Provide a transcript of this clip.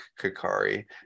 kakari